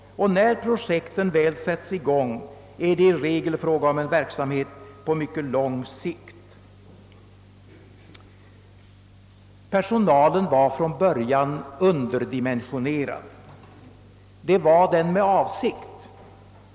När projekten väl sätts i gång är det i regel fråga om en verksamhet på mycket lång sikt.» Personalen var från början underdimensionerad, och detta med avsikt.